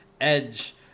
edge